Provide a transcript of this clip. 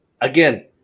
again